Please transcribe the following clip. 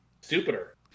Stupider